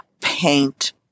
paint